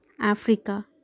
Africa